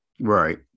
Right